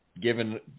given